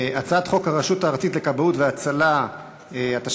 חוק הרשות הארצית לכבאות והצלה (תיקון מס' 2),